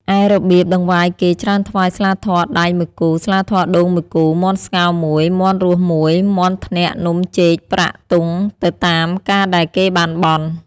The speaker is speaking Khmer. ឯរបៀបតង្វាយគេ ច្រើនថ្វាយស្លាធម៌ដៃ ១គូ ស្លាធម៌ដូង ១គូ មាន់ស្ងោរ ១ មាន់រស់ ឬ មាន់ធ្នាក់ នំ ចេក ប្រាក់ ទង់ ទៅតាម ការដែលគេបានបន់ ។